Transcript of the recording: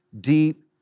deep